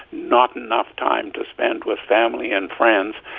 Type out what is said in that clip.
not enough time to spend with family and friends.